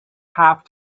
have